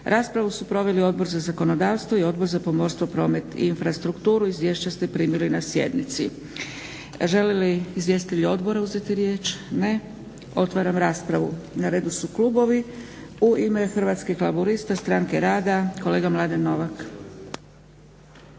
Raspravu su proveli Odbor za zakonodavstvo i Odbor za pomorstvo, promet i infrastrukturu. Izvješća ste primili na sjednici. Želi li izvjestitelji Odbora uzeti riječ? Ne. Otvaram raspravu. Na redu su klubovi. U ime Hrvatskih laburista, Stranke rada kolega Mladen Novak.